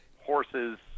horses